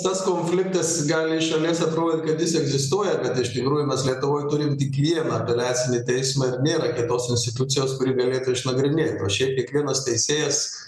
tas konfliktas gali iš šalies atrodyt kad jis egzistuoja kad iš tikrųjų mes lietuvoje turim tik vieną apeliacinį teismą ir nėra kitos institucijos kuri galėtų išnagrinėt o šiaip kiekvienas teisėjas